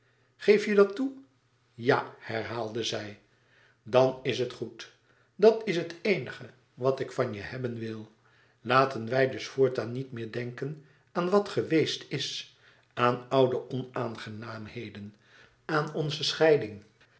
geef je dat toe ja herhaalde zij dan is het goed dat is het eenige wat ik van je hebben wil laten wij dus voortaan niet meer denken aan wat geweest is aan oude onaangenaamheden aan onze scheiding